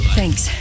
Thanks